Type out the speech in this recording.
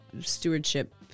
stewardship